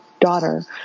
daughter